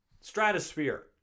stratosphere